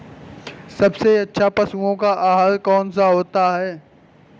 सबसे अच्छा पशुओं का आहार कौन सा होता है?